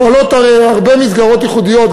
פועלות הרי הרבה מסגרות ייחודיות,